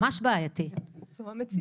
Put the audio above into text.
זו המציאות.